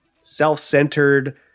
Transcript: self-centered